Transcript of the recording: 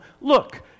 Look